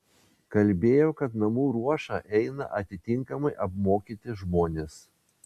kalbėjo kad namų ruošą eina atitinkamai apmokyti žmonės